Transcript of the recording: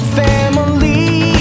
family